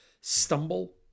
stumble